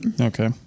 Okay